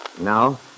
Now